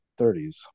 30s